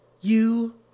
You